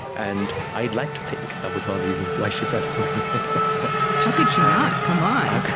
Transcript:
and i'd like to think that was one of the reasons why she fell for me at some point how could she not? come on.